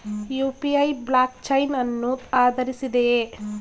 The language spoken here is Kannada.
ಯು.ಪಿ.ಐ ಬ್ಲಾಕ್ ಚೈನ್ ಅನ್ನು ಆಧರಿಸಿದೆಯೇ?